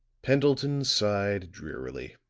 pendleton sighed drearily.